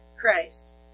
Christ